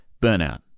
burnout